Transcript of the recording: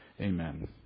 Amen